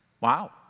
Wow